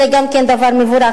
שזה גם כן דבר מבורך.